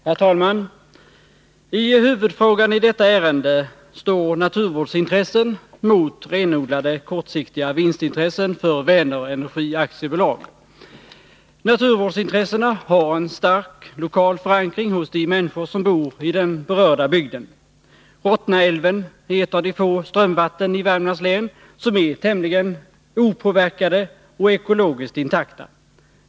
Herr talman! I huvudfrågan i detta ärende står naturvårdsintressen mot renodlade och kortsiktiga vinstintressen för Vänerenergi Aktiebolag. Naturvårdsintressena har en stark lokal förankring hos de människor som bor i den berörda bygden. Rottnaälven är ett av de få strömvatten i Värmlands län som är tämligen opåverkade och ekologiskt intakta.